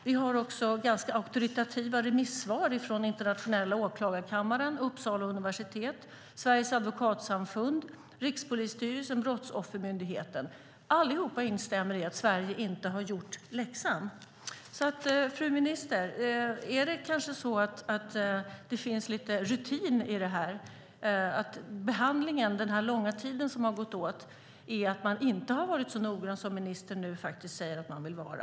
Vi har också ganska auktoritativa remissvar från Internationella åklagarkammaren, Uppsala universitet, Sveriges advokatsamfund, Rikspolisstyrelsen och Brottsoffermyndigheten, och alla instämmer i att Sverige inte har gjort läxan. Fru minister! Är det kanske så att det har gått lite rutin i det här och att man trots den långa tid som har gått åt inte har varit så noggrann i behandlingen som ministern nu säger att man vill vara?